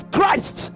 Christ